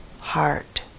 heart